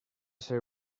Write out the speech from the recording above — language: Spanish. ser